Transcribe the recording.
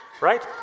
Right